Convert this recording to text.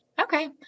Okay